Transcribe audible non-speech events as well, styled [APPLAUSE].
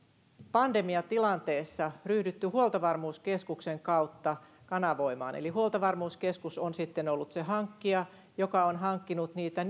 pandemiatilanteessa ryhdytty huoltovarmuuskeskuksen kautta kanavoimaan eli huoltovarmuuskeskus on sitten ollut se hankkija joka on niitä [UNINTELLIGIBLE]